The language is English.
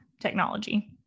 technology